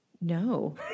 no